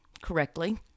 correctly